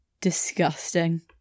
disgusting